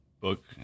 book